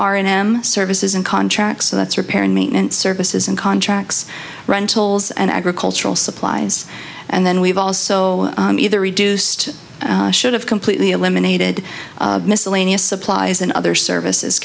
are in m services and contracts so that's repair and maintenance services and contracts rentals and agricultural supplies and then we've also either reduced should have completely eliminated miscellaneous supplies and other services